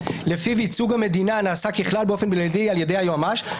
שלפיו ייצוג המדינה נעשה ככלל באופן בלעדי על-ידי היועץ המשפטי,